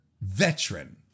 veteran